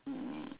mm